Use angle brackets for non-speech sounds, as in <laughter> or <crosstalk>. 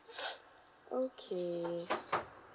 <noise> okay <noise>